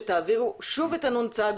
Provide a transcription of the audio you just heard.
שתעבירו שוב את הנ"צ.